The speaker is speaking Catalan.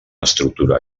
estructura